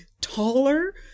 taller